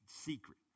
Secret